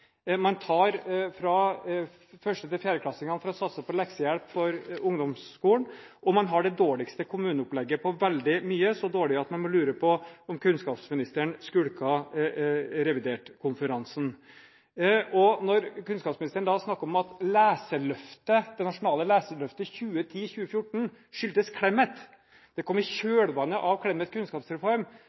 Man tar fra 1.–4.-klassingene for å satse på leksehjelp for ungdomsskolen, og man har det dårligste kommuneopplegget på veldig mye, så dårlig at man må lure på om kunnskapsministeren skulket revidertkonferansen. Når kunnskapsministeren snakker om at det nasjonale leseløftet 2010–2014 skyldtes Clemet – det kom i kjølvannet av Clemets kunnskapsreform